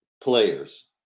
players